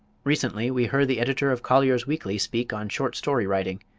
recently we heard the editor of collier's weekly speak on short-story writing,